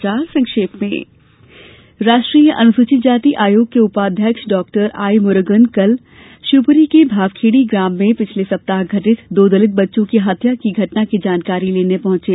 समाचार संक्षेप में राष्ट्रीय अनुसूचित जाति आयोग के उपाध्यक्ष डॉ आई मुरुगन कल शिवपुरी के भावखेड़ी ग्राम में पिछले सप्ताह घटित घटना दो दलित बच्चों की हत्या की जानकारी लेने पहुंचे